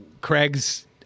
Craig's